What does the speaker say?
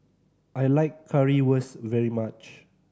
I like Currywurst very much